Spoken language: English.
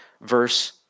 verse